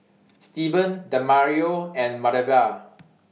Steven Demario and Marva